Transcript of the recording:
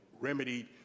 remedied